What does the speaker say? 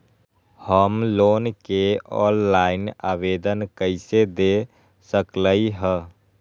हम लोन के ऑनलाइन आवेदन कईसे दे सकलई ह?